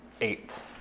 Eight